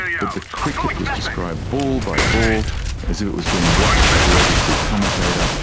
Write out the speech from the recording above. but the cricket was described ball by ball as if it was being watched by the abc commentator,